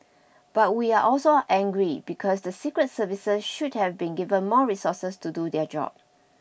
but we are also angry because the secret services should have been give more resources to do their job